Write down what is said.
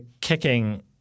kicking